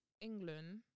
England